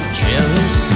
jealous